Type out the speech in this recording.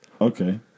okay